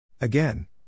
Again